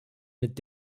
mit